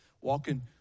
walking